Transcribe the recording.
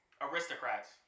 Aristocrats